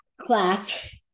class